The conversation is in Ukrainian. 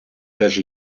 теж